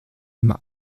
immer